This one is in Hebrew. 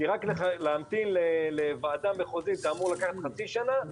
כי רק להמתין לוועדה מחוזית אמור לקחת חצי שנה.